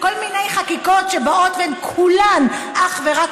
כל מיני חקיקות שבאות והן כולן אך ורק